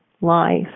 life